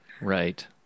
Right